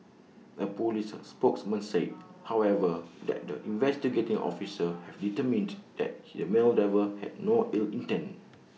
A Police spokesman said however that the investigating officers have determined that he male driver had no ill intent